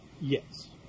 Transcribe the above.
Yes